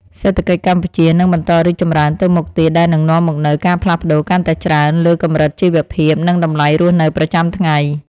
សេដ្ឋកិច្ចកម្ពុជានឹងបន្តរីកចម្រើនទៅមុខទៀតដែលនឹងនាំមកនូវការផ្លាស់ប្តូរកាន់តែច្រើនលើកម្រិតជីវភាពនិងតម្លៃរស់នៅប្រចាំថ្ងៃ។